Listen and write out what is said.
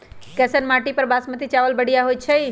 कैसन माटी पर बासमती चावल बढ़िया होई छई?